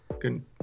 good